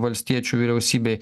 valstiečių vyriausybėj